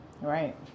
Right